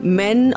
men